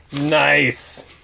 nice